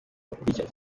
gukurikirana